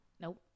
Nope